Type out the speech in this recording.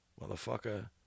motherfucker